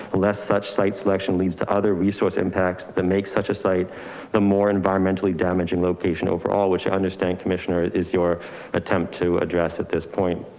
less such site selection leads to other resource impacts that makes such a site the more environmentally damaging location overall, which i understand commissioner is your attempt to address at this point.